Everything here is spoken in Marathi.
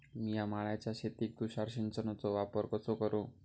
मिया माळ्याच्या शेतीत तुषार सिंचनचो वापर कसो करू?